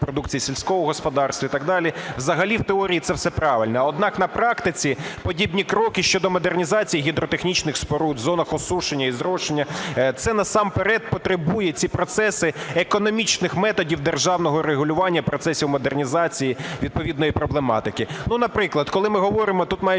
продукції сільського господарства, і так далі. Взагалі в теорії це все правильно, а однак на практиці подібні кроки щодо модернізації гідротехнічних споруд в зонах осушення і зрошення – це насамперед потребує, ці процеси, економічних методів державного регулювання в процесі модернізації відповідної проблематики. Наприклад, коли ми говоримо... і тут мали